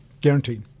Guaranteed